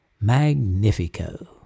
Magnifico